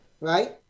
right